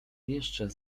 jeszcze